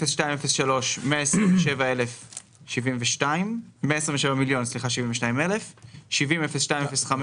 700203 127.072 מיליון; 700205